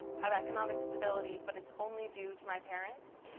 have economic stability, but it's only due to my parents,